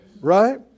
Right